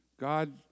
God